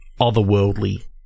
otherworldly